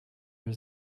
was